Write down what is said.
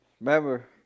remember